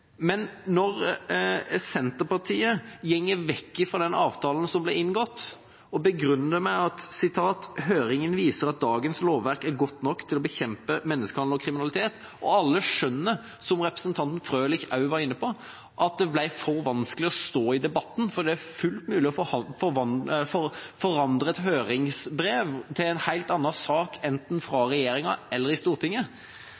Men når Senterpartiet går bort fra den avtalen som ble inngått, og begrunner det med at «høringen avklarer at dagens lovverk er godt nok til å bekjempe menneskehandel og kriminalitet», skjønner alle – som representanten Frølich også var inne på – at det ble for vanskelig å stå i debatten – for det er fullt mulig å forandre et høringsbrev til en helt annen sak, enten fra regjeringa eller i Stortinget.